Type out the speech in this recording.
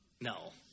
No